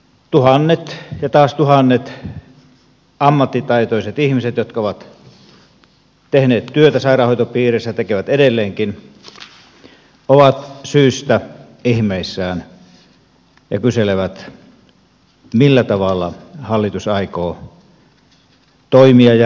tuhannet ja taas tuhannet ammattitaitoiset ihmiset jotka ovat tehneet työtä sairaanhoitopiireissä ja tekevät edelleenkin ovat syystä ihmeissään ja kyselevät millä tavalla hallitus aikoo toimia ja ratkaista erikoissairaanhoidon järjestämisen